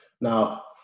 Now